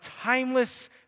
timeless